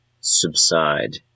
subside